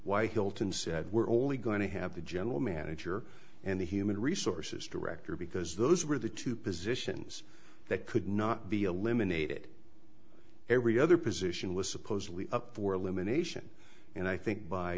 why hilton said we're only going to have a general manager and human resources director because those were the two positions that could not be eliminated every other position was supposedly up for elimination and i think by